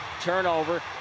turnover